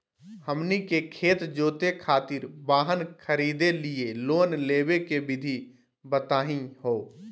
हमनी के खेत जोते खातीर वाहन खरीदे लिये लोन लेवे के विधि बताही हो?